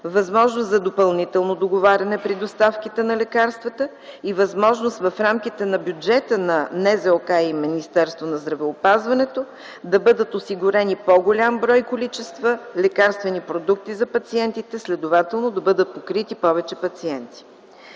възможност за допълнително договаряне при доставките на лекарствата и възможност в рамките на бюджета на НЗОК и Министерството на здравеопазването да бъдат осигурени по-голям брой количества лекарствени продукти за пациентите, следователно да бъдат покрити повече пациенти.